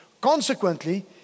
Consequently